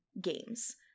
games